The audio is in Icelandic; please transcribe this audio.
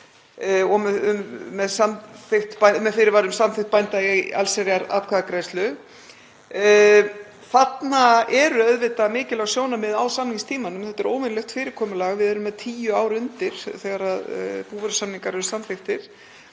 með fyrirvara um samþykkt bænda í allsherjaratkvæðagreiðslu. Þarna eru auðvitað mikilvæg sjónarmið á samningstímanum. Þetta er óvenjulegt fyrirkomulag. Við erum með tíu ár undir þegar búvörusamningar eru samþykktir.